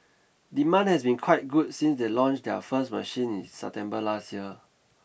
demand has been quite good since they launched their first machine in September last year